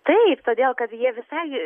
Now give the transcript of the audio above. taip todėl kad jie visai